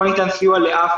לא ניתן סיוע לאף